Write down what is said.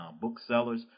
booksellers